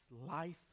life